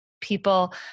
people